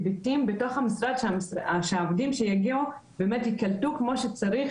היבטים בתוך המשרד שהעובדים שיגיעו באמת ייקלטו כמו שצריך,